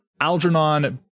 Algernon